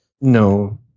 No